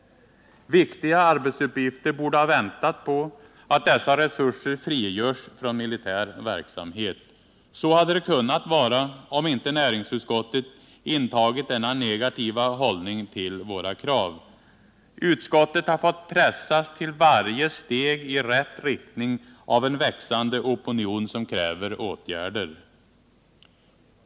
Viktiga arbetsuppgifter borde ha väntat på att dessa resurser frigörs från militär verksamhet. Så hade det kunnat vara om inte näringsutskottet intagit denna negativa hållning till våra krav. Utskottet har fått pressas till varje steg i rätt riktning av en växande opinion som kräver åtgärder.